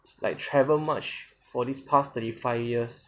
like travel much for these past thirty five years